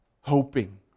Hoping